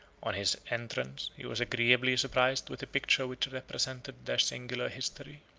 on his entrance, he was agreeably surprised with a picture which represented their singular history.